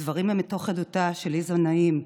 הדברים הם מתוך עדותה של ליזה נעים,